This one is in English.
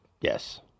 Yes